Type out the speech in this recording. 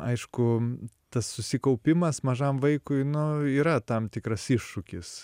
aišku tas susikaupimas mažam vaikui nu yra tam tikras iššūkis